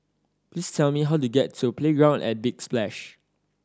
please tell me how to get to Playground at Big Splash